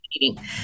meeting